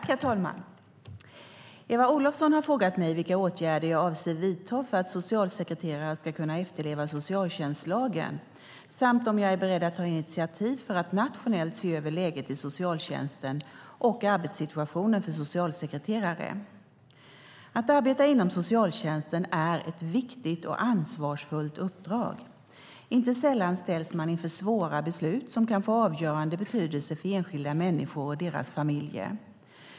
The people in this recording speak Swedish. Herr talman! Eva Olofsson har frågat mig vilka åtgärder jag avser att vidta för att socialsekreterare ska kunna efterleva socialtjänstlagen samt om jag är beredd att ta initiativ för att nationellt se över läget i socialtjänsten och arbetssituationen för socialsekreterare. Att arbeta inom socialtjänsten är ett viktigt och ansvarsfullt uppdrag. Inte sällan ställs man inför svåra beslut som kan få avgörande betydelse för enskilda människor och deras familjer.